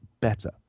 better